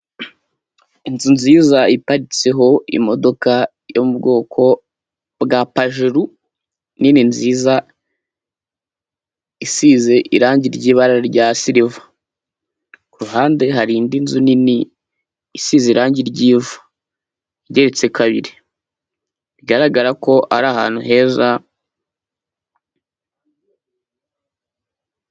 Inzu nziza iparitseho imodoka yo mu bwoko bwa pajeru nini nziza isize irangi ry'ibara rya siliva kuruhande hari indi nzu nini isize irangi ry'ivu igereretse kabiri bigaragara ko ari ahantu heza.